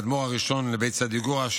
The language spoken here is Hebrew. האדמו"ר הראשון לבית סדיגורה,